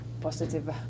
positive